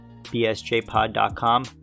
bsjpod.com